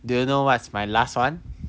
do you know what is my last [one]